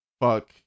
fuck